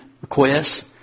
requests